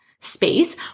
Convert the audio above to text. space